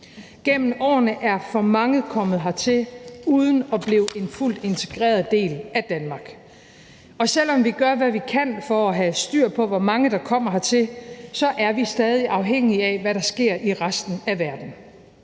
Gennem årene er for mange kommet hertil uden at blive en fuldt integreret del af Danmark. Og selv om vi gør, hvad vi kan, for at have styr på, hvor mange der kommer hertil, er vi stadig afhængige af, hvad der sker i resten af verden.